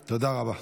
תודה.